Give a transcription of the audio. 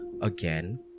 again